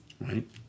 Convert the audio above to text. right